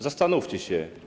Zastanówcie się.